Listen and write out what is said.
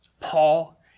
Paul